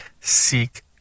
seek